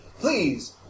Please